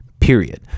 period